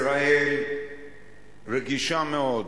ישראל רגישה מאוד